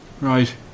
right